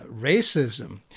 racism